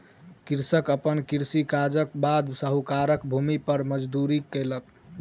कृषक अपन कृषि काजक बाद साहूकारक भूमि पर मजदूरी केलक